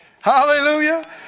Hallelujah